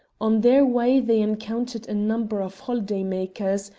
on their way they encountered a number of holiday makers,